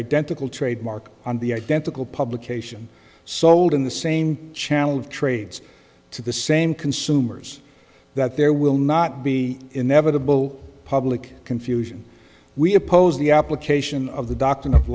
identical trademark on the identical publication sold in the same channel of trades to the same consumers that there will not be inevitable public confusion we oppose the application of the doctrine of